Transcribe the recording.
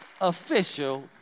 official